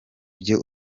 byo